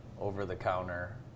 over-the-counter